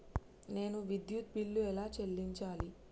నేను విద్యుత్ బిల్లు ఎలా చెల్లించాలి?